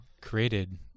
created